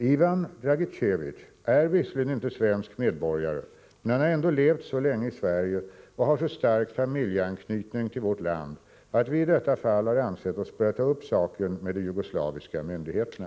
Ivan Dragicevic är visserligen inte svensk medborgare men han har ändå levt så länge i Sverige och har så stark familjeanknytning till vårt land att vi i detta fall har ansett oss böra ta upp saken med de jugoslaviska myndigheterna.